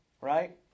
Right